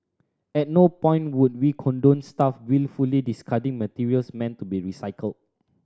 at no point would we condone staff wilfully discarding materials meant to be recycled